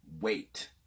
wait